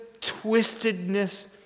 twistedness